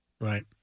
right